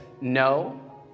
no